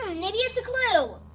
maybe it's a clue?